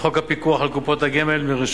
ג'מאל זחאלקה,